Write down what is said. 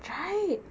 right